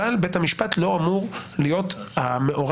אבל בית המשפט לא אמור להיות מעורב,